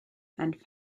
and